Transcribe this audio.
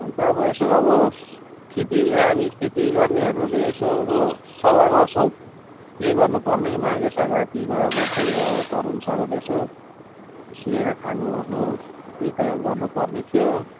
अन्त अब यसो अब खेती हामी खेती गर्नेहरूले यसो अब सल्लाह गर्छौँ के गर्नु पर्ने माघे सग्राँती अब त्यही हो अब तरुल सरुल यसो उसिनेर खानु ओर्नु त्यही त गर्नु पर्ने थियो